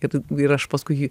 ir ia aš paskui jį